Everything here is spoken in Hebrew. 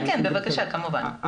כן, בבקשה, כמובן.